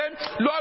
Lord